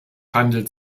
handelt